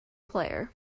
player